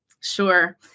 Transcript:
Sure